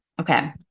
Okay